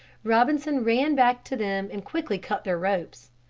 robinson ran back to them and quickly cut their ropes.